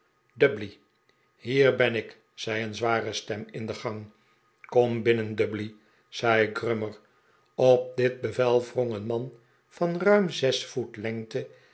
hier ben ik zei een zware stem in de sang kom binnen dubbley zei grummer op dit bevel wrong een man van ruim zes voet lengte